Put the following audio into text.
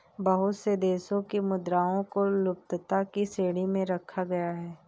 बहुत से देशों की मुद्राओं को लुप्तता की श्रेणी में रखा गया है